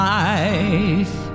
life